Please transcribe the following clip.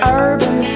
urban